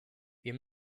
wir